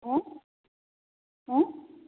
ହଁ ହଁ